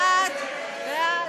ההסתייגות (92)